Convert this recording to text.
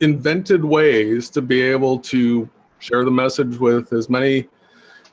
invented ways to be able to share the message with as many